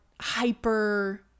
hyper